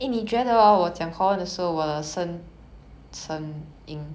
yes so can you like 大声讲一点